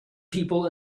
people